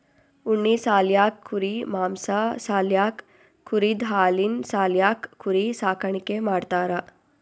ಉಣ್ಣಿ ಸಾಲ್ಯಾಕ್ ಕುರಿ ಮಾಂಸಾ ಸಾಲ್ಯಾಕ್ ಕುರಿದ್ ಹಾಲಿನ್ ಸಾಲ್ಯಾಕ್ ಕುರಿ ಸಾಕಾಣಿಕೆ ಮಾಡ್ತಾರಾ